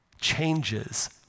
changes